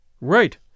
Right